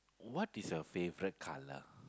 what is your favourite colour